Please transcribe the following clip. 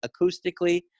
acoustically